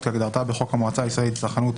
כהגדרתה בחוק המועצה הישראלית לצרכנות,